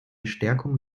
stärkung